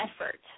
effort